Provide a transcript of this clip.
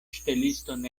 ŝteliston